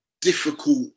difficult